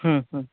হুম হুম